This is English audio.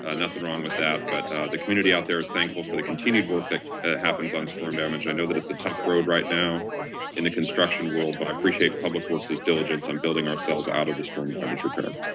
ah nothing wrong with that, but the community out there is thankful for the continued work that happens on storm damage. i know that it's a tough road right now in the construction world, but i appreciate public works' diligence on building ourselves out of the storm damage repair.